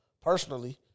personally